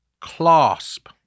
clasp